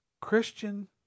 Christian